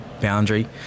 boundary